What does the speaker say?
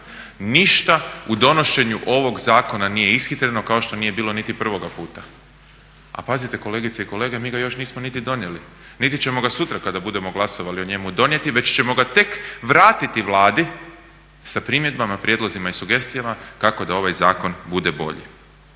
Ništa u donošenju ovoga zakona nije ishitreno kao što nije bilo niti prvoga puta. A pazite kolegice i kolege mi ga još nismo niti donijeli, niti ćemo ga sutra kada budemo glasovali o njemu donijeti, već ćemo ga tek vratiti Vladi sa primjedbama, prijedlozima i sugestijama kako da ovaj zakon bude bolji.